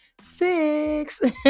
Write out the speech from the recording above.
six